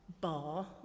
Bar